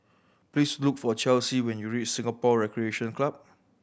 please look for Chelsy when you reach Singapore Recreation Club